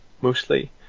mostly